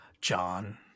John